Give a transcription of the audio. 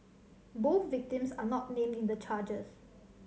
both victims are not named in the charges